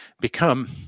become